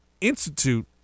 institute